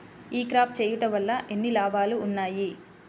ఈ క్రాప చేయుట వల్ల ఎన్ని లాభాలు ఉన్నాయి?